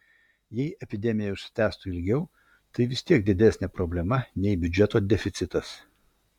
jei epidemija užsitęstų ilgiau tai vis tiek didesnė problema nei biudžeto deficitas